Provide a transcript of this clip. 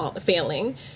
failing